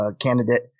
candidate